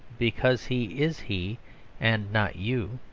because he is he and not you,